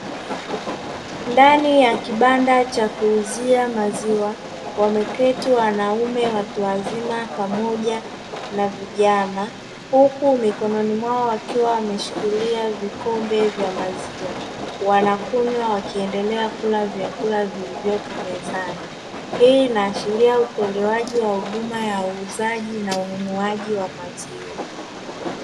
Ndani ya kibanda cha kuuzia maziwa wameketi wanaume watu wazima pamoja na vijana. Huku mikononi mwao wakiwa wameshikilia vikombe vya maziwa wanakunywa wakiendelea kula vyakula vilivyopo mezani. Hii inaashiria utoleaji wa huduma ya uuzaji na unywaji wa maziwa.